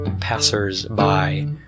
passers-by